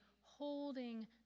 holding